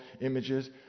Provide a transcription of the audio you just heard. images